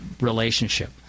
relationship